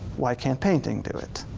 why can't painting do it?